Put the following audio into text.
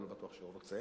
אני לא בטוח שהוא רוצה,